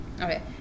Okay